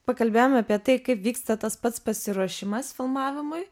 pakalbėjom apie tai kaip vyksta tas pats pasiruošimas filmavimui